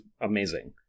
amazing